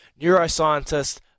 neuroscientist